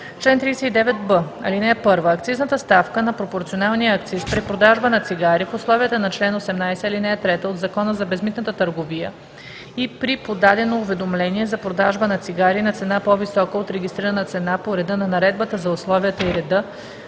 „Чл. 39б. (1) Акцизната ставка на пропорционалния акциз при продажба на цигари в условията на чл. 18, aл. 3 от Закона за безмитната търговия и при подадено уведомление за продажба на цигари на цена, по-висока от регистрирана цена по реда на Наредбата за условията и реда